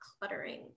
cluttering